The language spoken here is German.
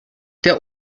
der